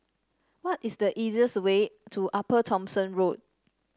what is the easiest way to Upper Thomson Road